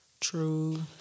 True